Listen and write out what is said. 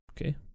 Okay